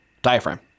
Diaphragm